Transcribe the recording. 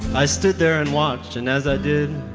i stood there and watched, and as i did,